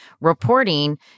reporting